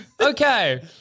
Okay